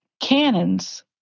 cannons